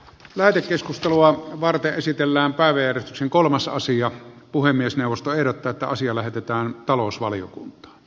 lähetekeskustelua varten esitellään päivi herzin kolmas asia puhemiesneuvosto ehdottaa että asia lähetetään talousvaliokuntaan